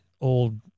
old